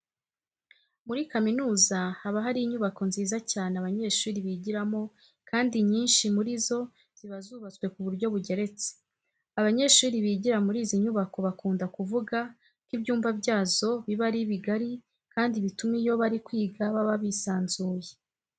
Muri kaminuza haba hari inyubako nziza cyane abanyeshuri bigiramo kandi inyinshi muri zo ziba zubatswe ku buryo bugeretse. Abanyehuri bigira muri izi nyubako bakunda kuvuga ko ibyumba byazo biba ari bigari kandi bituma iyo bari kwiga baba bisanzuye.